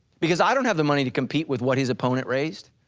because i don't have the money to compete with what he's opponent raised,